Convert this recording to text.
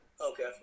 Okay